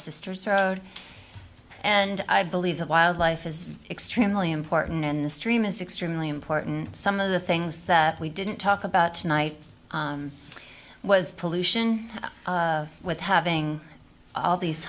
sisters road and i believe that wildlife is extremely important in the stream is extremely important some of the things that we didn't talk about tonight was pollution with having all these